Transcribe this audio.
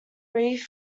reef